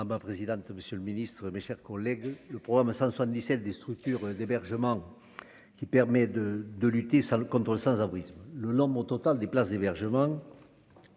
bah, présidente, monsieur le Ministre, mes chers collègues, le programme 177 des structures d'hébergement qui permet de de lutter seul contre sans-abrisme le l'homme au total des places d'hébergement.